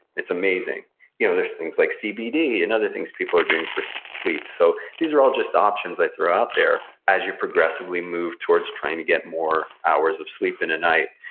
it's amazing you know there's things like cbd, and other things people are doing for sleep. so these are all just options i throw out there, as you progressively move towards trying to get more hours of sleep in a night.